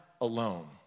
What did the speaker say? alone